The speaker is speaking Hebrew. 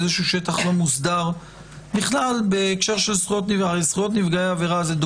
איזשהו שטח לא מוסדר בכלל בהקשר של זכויות נפגעי עבירה.